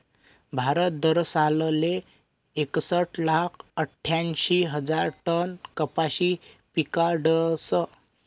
भारत दरसालले एकसट लाख आठ्यांशी हजार टन कपाशी पिकाडस